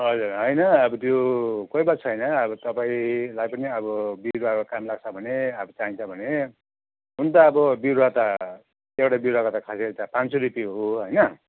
हजुर होइन अब त्यो कोही बात छैन अब तपाईँलाई पनि अब बिरुवाको काम लाग्छ भने अब चाहिन्छ भने हुनु त अब बिरुवा त एउटा बिरुवाको त खासै त पाँच सौ रुपियाँ हो होइन